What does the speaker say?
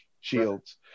shields